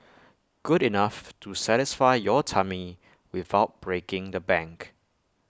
good enough to satisfy your tummy without breaking the bank